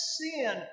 sin